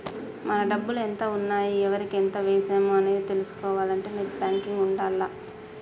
మన డబ్బులు ఎంత ఉన్నాయి ఎవరికి ఎంత వేశాము అనేది తెలుసుకోవాలంటే నెట్ బ్యేంకింగ్ ఉండాల్ల